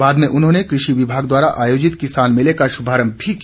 बाद में उन्होंने कृषि विभाग द्वारा आयोजित किसान मेले का शुभारंभ भी किया